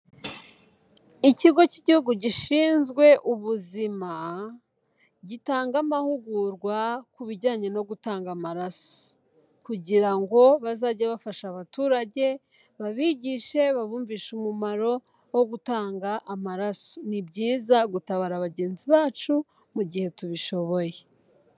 Ikigo cy'Igihugu gishinzwe ubuzima, gitanga amahugurwa ku bijyanye no gutangaso; kugira ngo bazajye bafasha abaturage, babigishe babumvishe umumaro, wo gutanga amaraso. Ni byiza gutabara bagenzi bacu, mu gihe tubishoboye.